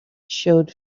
showed